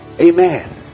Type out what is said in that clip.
Amen